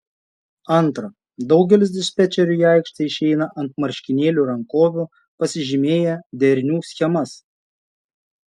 antra daugelis dispečerių į aikštę išeina ant marškinėlių rankovių pasižymėję derinių schemas